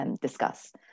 discuss